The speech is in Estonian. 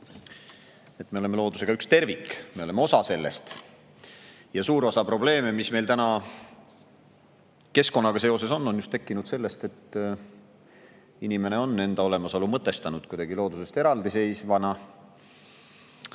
et me oleme loodusega üks tervik, me oleme osa sellest. Suur osa probleeme, mis meil täna keskkonnaga seoses on, on just tekkinud sellest, et inimene on enda olemasolu mõtestanud loodusest kuidagi eraldiseisvana.